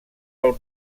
pel